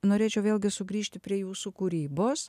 norėčiau vėlgi sugrįžti prie jūsų kūrybos